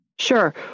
Sure